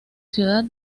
ciudad